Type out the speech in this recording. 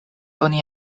oni